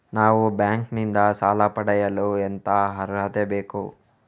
ನಾವು ಬ್ಯಾಂಕ್ ನಿಂದ ಸಾಲ ಪಡೆಯಲು ಎಂತ ಅರ್ಹತೆ ಬೇಕು?